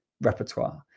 repertoire